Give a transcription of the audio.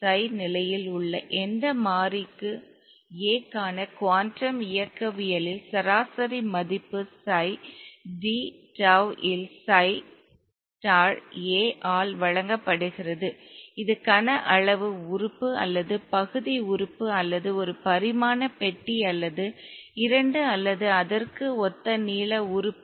சை நிலையில் உள்ள எந்த மாறிக்கும் A க்கான குவாண்டம் இயக்கவியலில் சராசரி மதிப்பு சை d டவ் இல் சை ஸ்டார் A ஆல் வழங்கப்படுகிறது இது கனஅளவு உறுப்பு அல்லது பகுதி உறுப்பு அல்லது ஒரு பரிமாண பெட்டி அல்லது இரண்டு அல்லது அதற்கு ஒத்த நீள உறுப்பு